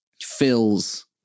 fills